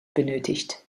benötigt